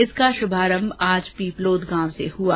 इसका शुभारंभ आज पीपलोद गांव से हुआ